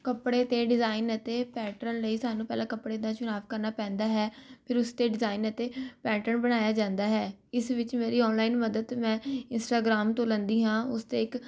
ਕੱਪੜੇ 'ਤੇ ਡਿਜ਼ਾਈਨ ਅਤੇ ਪੈਟਰਨ ਲਈ ਸਾਨੂੰ ਪਹਿਲਾਂ ਕੱਪੜੇ ਦਾ ਚੁਣਾਵ ਕਰਨਾ ਪੈਂਦਾ ਹੈ ਫਿਰ ਉਸ 'ਤੇ ਡਿਜ਼ਾਇਨ ਅਤੇ ਪੈਟਰਨ ਬਣਾਇਆ ਜਾਂਦਾ ਹੈ ਇਸ ਵਿੱਚ ਮੇਰੀ ਔਨਲਾਈਨ ਮਦਦ ਮੈਂ ਇੰਸਟਾਗ੍ਰਾਮ ਤੋਂ ਲੈਂਦੀ ਹਾਂ ਉਸ 'ਤੇ ਇੱਕ